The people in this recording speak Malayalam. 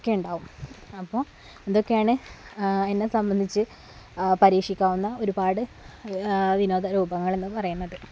ഒക്കെ ഉണ്ടാവും അപ്പോള് ഇതൊക്കെയാണ് എന്നെ സംബന്ധിച്ച് പരീക്ഷിക്കാവുന്ന ഒരുപാട് വിനോദരൂപങ്ങൾ എന്നു പറയുന്നത്